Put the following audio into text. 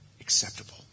acceptable